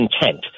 intent